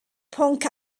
pwnc